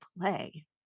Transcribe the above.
play